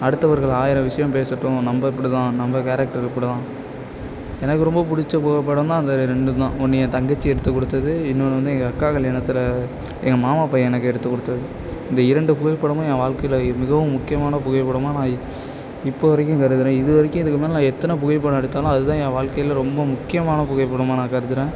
அடுத்தவர்கள் ஆயிரம் விஷயம் பேசட்டும் நம்ம இப்படி தான் நம்ம கேரக்டர் இப்படி தான் எனக்கு ரொம்ப பிடுச்ச புகைப்படம்னா அந்த ரெண்டும்தான் ஒன்று என் தங்கச்சி எடுத்து கொடுத்தது இன்னொன்று வந்து எங்கள் அக்கா கல்யாணத்தில் எங்கள் மாமா பையன் எனக்கு எடுத்து கொடுத்தது இந்த இரண்டு புகைப்படமும் என் வாழ்க்கையில் மிகவும் முக்கியமான புகைப்படமாக நான் இப்போ வரைக்கும் கருதுகிறேன் இது வரைக்கும் இதுக்கு மேலே நான் எத்தனை புகைப்படம் எடுத்தாலும் அது தான் என் வாழ்க்கையில் ரொம்ப முக்கியமான புகைப்படமாக நான் கருதுகிறேன்